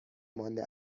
مانده